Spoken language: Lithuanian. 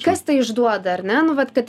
kas tai išduoda ar ne nu vat kad